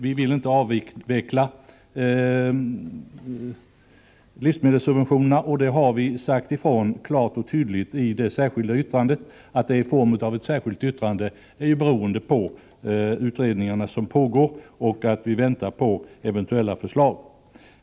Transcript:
Vi vill inte avveckla livsmedelssubventionerna, och det har vi sagt ifrån klart och tydligt i det särskilda yttrandet. Att vi sagt det just i ett särskilt yttrande beror på de utredningar som pågår och väntas komma med förslag.